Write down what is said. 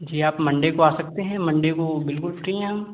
जी आप मंडे को आ सकते हैं मंडे को बिल्कुल फ़्री हैं हम